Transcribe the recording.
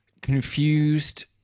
confused